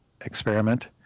experiment